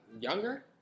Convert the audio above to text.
younger